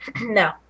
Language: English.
No